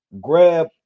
grab